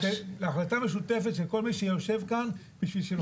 להחלטה משותפת של כל מי שיושב כאן בשביל שכולנו